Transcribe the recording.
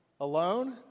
alone